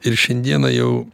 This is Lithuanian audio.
ir šiandieną jau